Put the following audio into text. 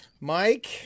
Mike